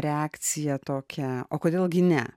reakciją tokią o kodėl gi ne